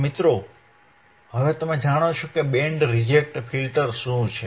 તો મિત્રો હવે તમે જાણો છો કે બેન્ડ રિજેક્ટ ફિલ્ટર્સ શું છે